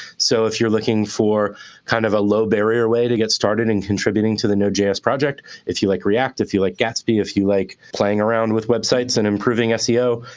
so if you're looking for kind of a low-barrier way to get started in contributing to the node js project if you like react, if you like gatsby, if you like playing around with websites and improving ah seo,